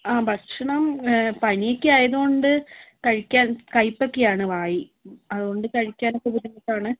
ആഹ് ഭക്ഷണം പനിയൊക്കെ ആയതുകൊണ്ട് കഴിക്കാൻ കയ്പ്പൊക്കെയാണ് വായ് അതുകൊണ്ട് കഴിക്കാനൊക്കെ ബുദ്ധിമുട്ടാണ്